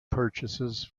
purchases